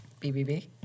BBB